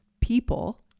people